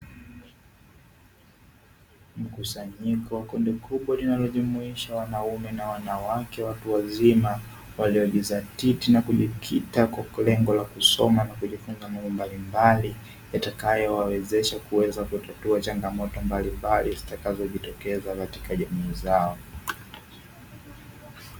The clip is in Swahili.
Mkusanyiko wa kundi kubwa, linalojumuisha wanaume na wanawake watu wazima, waliojidhatiti na kujikita kwa lengo la kusoma na kujifunza mambo yatakayo wawezesha kuweza kutatua changamoto mbalimbali, zitakazojitokeza katika jamii zao.